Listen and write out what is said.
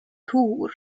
tour